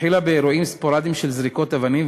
התחילה באירועים ספורדיים של זריקות אבנים,